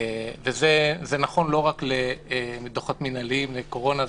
וזה נכון לא רק לדוחות מינהליים לקורונה,